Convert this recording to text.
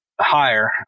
higher